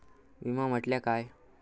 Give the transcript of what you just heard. विमा म्हटल्या काय?